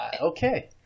Okay